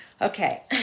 Okay